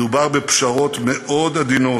מדובר בפשרות מאוד עדינות,